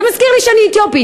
אתה מזכיר לי שאני אתיופית.